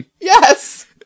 Yes